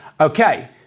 Okay